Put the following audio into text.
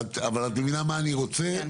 אבל את מבינה מה אני רוצה?